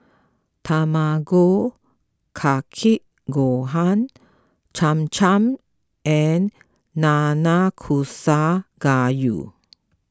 Tamago Kake Gohan Cham Cham and Nanakusa Gayu